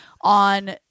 on